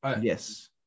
Yes